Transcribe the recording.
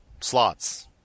slots